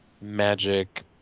magic